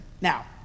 now